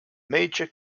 major